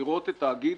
לראות את תאגיד